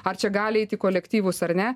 ar čia gali eit į kolektyvus ar ne